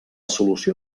solució